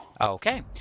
Okay